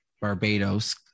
Barbados